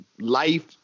life